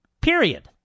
Period